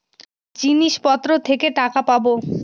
জিনিসপত্র থেকে টাকা পাবো